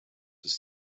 ist